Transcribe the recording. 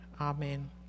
Amen